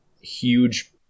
huge